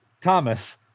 Thomas